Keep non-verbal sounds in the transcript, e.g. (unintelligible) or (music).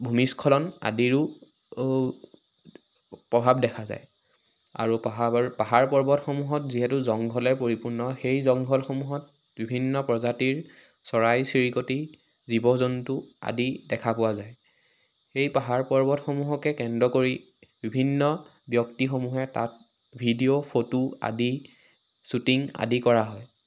ভূমিস্খলন আদিৰো প্ৰভাৱ দেখা যায় আৰু (unintelligible) পাহাৰ পৰ্বতসমূহত যিহেতু জংঘলে পৰিপূৰ্ণ সেই জংঘলসমূহত বিভিন্ন প্ৰজাতিৰ চৰাই চিৰিকতি জীৱ জন্তু আদি দেখা পোৱা যায় সেই পাহাৰ পৰ্বতসমূহকে কেন্দ্ৰ কৰি বিভিন্ন ব্যক্তিসমূহে তাত ভিডিঅ' ফটো আদি শ্বুটিং আদি কৰা হয়